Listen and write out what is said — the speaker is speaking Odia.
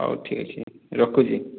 ହେଉ ଠିକ ଅଛି ରଖୁଛି